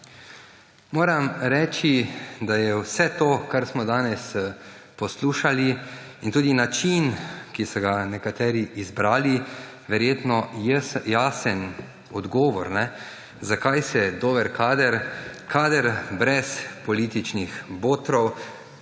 Moram reči, da je vse to, kar smo danes poslušali, in tudi način, ki ste ga nekateri izbrali, verjetno jasen odgovor, zakaj se dober kader, kader brez političnih botrov